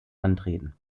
antreten